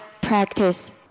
practice